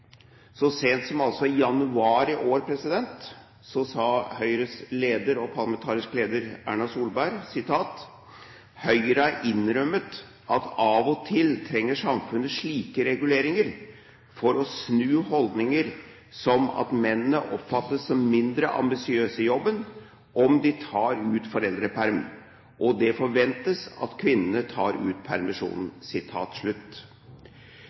Så sent som i januar i år sa Høyres leder og parlamentariske leder, Erna Solberg, at Høyre «har innrømmet at av og til trenger samfunnet slike reguleringer for å snu holdninger som at mennene oppfattes som mindre ambisiøse i jobben om de tar ut foreldreperm, og at det forventes at kvinnene tar ut permisjonen».